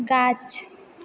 गाछ